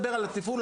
קורה.